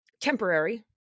temporary